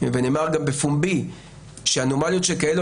ונאמר גם בפומבי שאנומליות שכאלו,